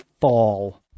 fall